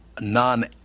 non